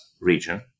region